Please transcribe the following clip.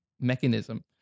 mechanism